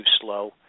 slow